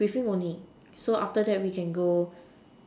briefing only so after that we can go